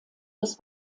des